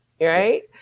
right